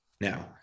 now